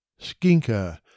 Skinker